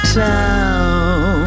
town